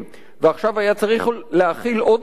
ועכשיו היה צריך להאכיל עוד אשה אחת.